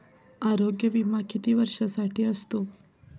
आरोग्य विमा किती वर्षांसाठी असतो?